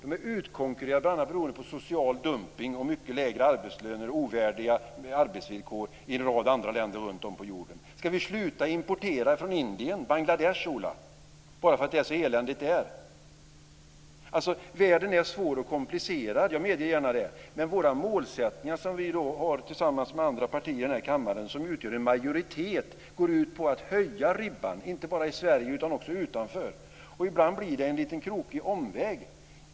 Den är utkonkurrerad bl.a. på grund av social dumpning, mycket lägre arbetslöner och ovärdiga arbetsvillkor i en rad andra länder runtom på jorden. Ska vi sluta importera från Indien och Bangladesh, Ola, bara för att det är så eländigt där? Världen är svår och komplicerad. Jag medger gärna det. Men våra målsättningar, som vi har tillsammans med andra partier i denna kammare som utgör en majoritet, går ut på att höja ribban inte bara i Sverige utan också utanför. Ibland blir det en lite krokig omväg.